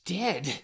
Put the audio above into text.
dead